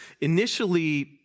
initially